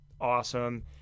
awesome